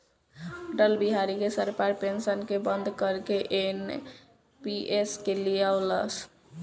अटल बिहारी के सरकार पेंशन के बंद करके एन.पी.एस के लिअवलस